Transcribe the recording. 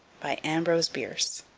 by ambrose bierce